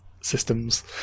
systems